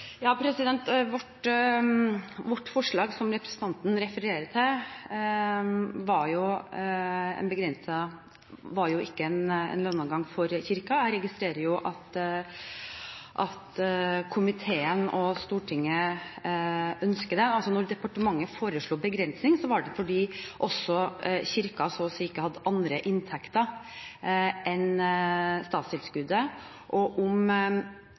Vårt forslag, som representanten refererer til, var ikke en låneadgang for Kirken, men jeg registrerer jo at komiteen og Stortinget ønsker det. Når departementet foreslo en begrensning, så var det fordi Kirken så å si ikke hadde andre inntekter enn statstilskuddet, og om